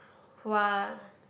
who are